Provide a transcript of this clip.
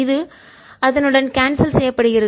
இது அதனுடன் கான்செல் செய்யப்படுகிறது